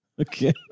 Okay